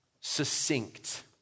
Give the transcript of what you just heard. succinct